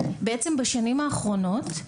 בעצם בשנים האחרונות,